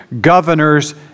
governors